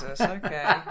Okay